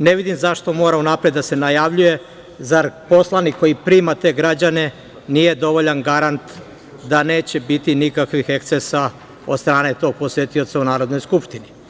ne vidim zašto mora unapred da se najavljuje, zar poslanik koji prima te građane nije dovoljan garant da neće biti nikakvih ekscesa od strane tog posetioca u Narodnoj skupštini?